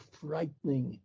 frightening